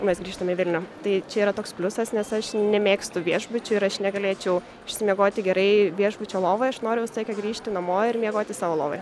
mes grįžtame į vilnių tai čia yra toks pliusas nes aš nemėgstu viešbučių ir aš negalėčiau išsimiegoti gerai viešbučio lovoj aš noriu visą laiką grįžti namo ir miegoti savo lovoje